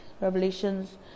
Revelations